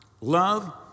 love